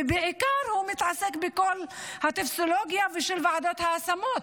ובעיקר הוא מתעסק בכל הטופסולוגיה של ועדת ההשמות.